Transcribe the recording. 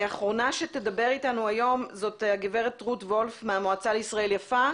האחרונה שתדבר איתנו היום זאת הגברת רות וולף מהמועצה לישראל יפה,